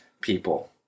people